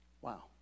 Wow